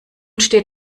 steht